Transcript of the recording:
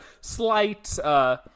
slight